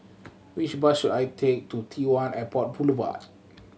which bus should I take to T One Airport Boulevard